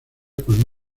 con